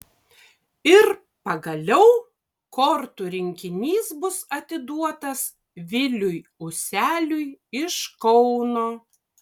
ir pagaliau kortų rinkinys bus atiduotas viliui useliui iš kauno